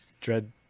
Dread